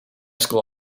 school